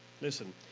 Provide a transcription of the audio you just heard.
Listen